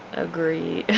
agree